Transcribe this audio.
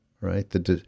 right